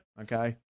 Okay